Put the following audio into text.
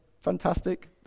fantastic